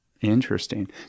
Interesting